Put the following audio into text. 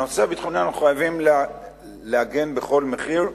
על הנושא הביטחוני אנחנו חייבים להגן בכל מחיר,